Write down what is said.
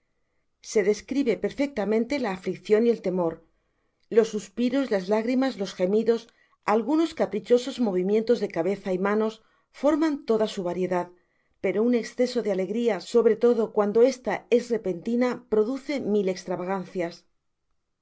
se desoribe perfectamente la afliccion y el temor los suspiros las lágrimas los gemidos algunos caprichosos movimientos de cabeza y manos forman toda su variedad pero un esceso de alegria sobre todo cuando esta es repentina produce mil estravagancias